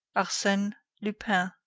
arsene lupin.